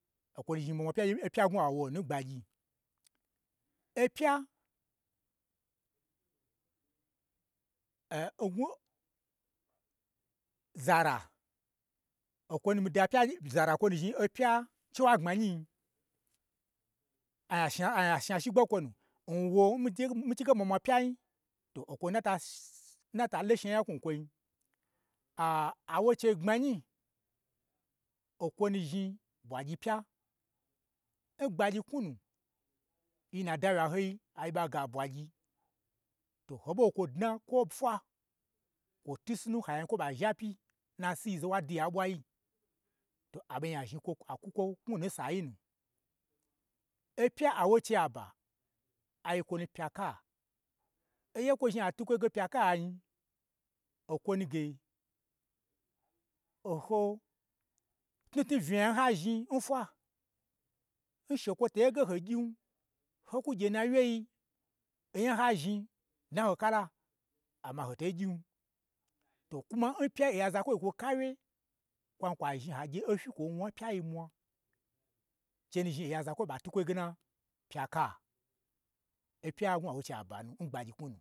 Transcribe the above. O kwo nu zhni mwamwa pya, opya n gon wu awo nu ngbangyi, opya zara, okwo nu mii da pya zara o kwonu zhni opya ngnwu chiwa gbmanyi yi, ai a shnaai a shna shigbe n kwonu, n won mii chin mii chige mwamwa pyan to okwo nu n nata n nata lo shna nya knwu n kwoin a, awo chei gbmanyi, okwonu zhni bwagyi pya, n gbagyi knwu nu, yin na dawo yiya hoi a yi ɓa ge a bwagyi, to ho ɓa gye kwo dna kwo n fwa, kwo twu snu nu, ha gye anyi kwo ɓa zhapyi nnasii ozan wa diya n ɓwayi. To aɓei azhni kwo akwu kwo knwu nu n sayi nu. Opya awo cei aba, ayi kwo nu pyaka, onya n kwo zhni atwu kwo ye ge pya ka nyi, okwo nuge, oho tnutnu unya n ha zhni n fwa, n shekwo to yege ho gyin, ho kwu gyen na wyei, onya n ha zhni dna n ha kala amma ho toi gyin, to n pya oya zakwoi n kwo kawye, kwain kwa zhni ha gye ofyi kwo wna npyayi n mwa che nu zhni oya zokwoi ɓa twu kwo ye gena pyaka, opya n gnwu awo chei aba nu n gbagyi knwu nu.